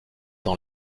dans